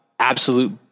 Absolute